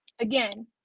Again